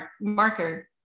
marker